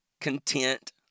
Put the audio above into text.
content